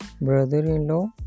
brother-in-law